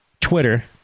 Twitter